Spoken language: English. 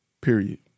Period